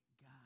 God